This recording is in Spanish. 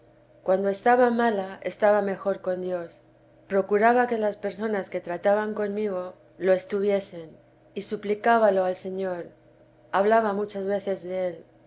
cuando estaba mala estaba mejor con dios procuraba que las personas que trataban conmigo lo teresa de jesús estuviesen y suplicábalo al señor hablaba muchas veces de